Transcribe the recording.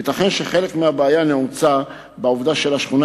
ייתכן שהבעיה נעוצה גם בעובדה שלשכונה